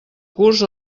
curs